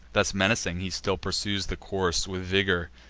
thus menacing, he still pursues the course, with vigor,